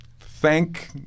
thank